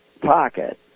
pocket